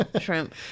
Shrimp